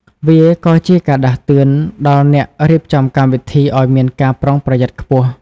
វាក៏ជាការដាស់តឿនដល់អ្នករៀបចំកម្មវិធីឲ្យមានភាពប្រុងប្រយ័ត្នខ្ពស់។